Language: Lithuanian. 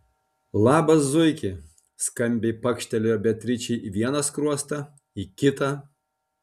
labas zuiki skambiai pakštelėjo beatričei į vieną skruostą į kitą